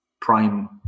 prime